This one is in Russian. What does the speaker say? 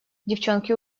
девчонки